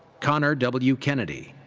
conor w. kennedy.